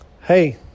Hey